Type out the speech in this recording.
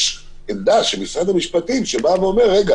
יש עמדה של משרד המשפטים שאומר: רגע,